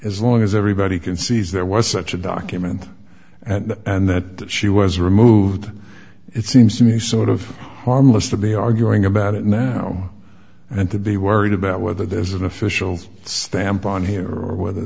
as long as everybody concedes there was such a document and and that that she was removed it seems to me sort of harmless to be arguing about it now and to be worried about whether there's an official stamp on here or whether